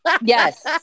yes